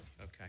okay